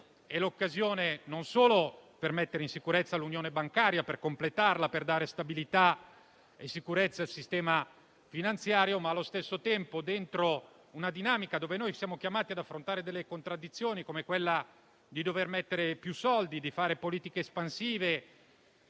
l'occasione non solo per mettere in sicurezza l'unione bancaria, per completarla e dare stabilità e sicurezza al sistema finanziario, ma allo stesso tempo, all'interno di una dinamica dove siamo chiamati ad affrontare delle contraddizioni come quella di mettere più soldi, fare politiche espansive